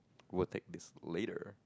we'll take this later